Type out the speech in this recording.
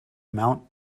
mount